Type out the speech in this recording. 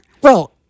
Well-